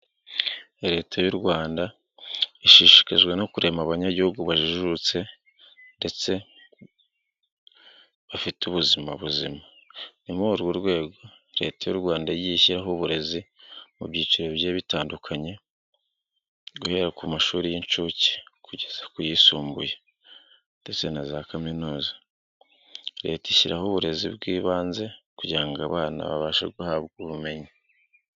Leta y'u Rwanda ishishikajwe no kurema abanyagihugu bajijutse ndetse bafite ubuzima buzima, ni muri urwo rwego Leta y'u Rwanda yagiye ishyiho uburezi mu byiciro bigiye bitandukanye guhera ku mashuri y'incuke kugeza ku yisumbuye ndetse na za kaminuza, Leta ishyiraho uburezi bw'ibanze kugira ngo abana babashe guhabwa ubumenyi.